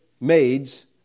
maids